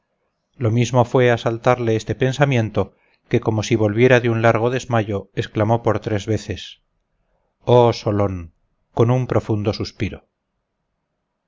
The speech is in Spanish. lo mismo fue asaltarle este pensamiento que como si volviera de un largo desmayo exclamó por tres veces oh solón con un profundo suspiro